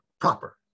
proper